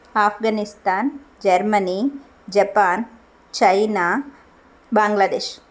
Afghanistan Germany Japan China Bangladesh